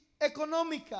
económica